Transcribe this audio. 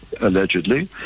allegedly